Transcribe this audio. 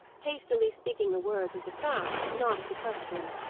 hastily speaking the words as a fact, not as a question.